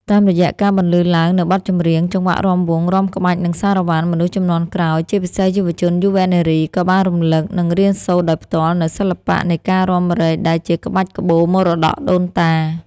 តាមរយៈការបន្លឺឡើងនូវបទចម្រៀង ចង្វាក់រាំវង់ រាំក្បាច់ និងសារ៉ាវ៉ាន់ មនុស្សជំនាន់ក្រោយ ជាពិសេសយុវជនយុវនារី ក៏បានរំលឹក និងរៀនសូត្រដោយផ្ទាល់នូវសិល្បៈនៃការរាំរែកដែលជាក្បាច់ក្បូរមរតកដូនតា។